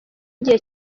igihe